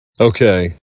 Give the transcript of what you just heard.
Okay